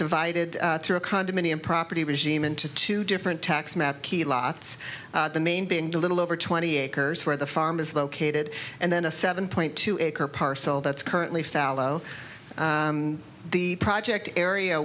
divided through a condominium property regime into two different tax mat key lots the main being the little over twenty acres where the farm is located and then a seven point two acre parcel that's currently fallow the project area